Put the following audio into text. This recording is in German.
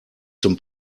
zum